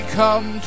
come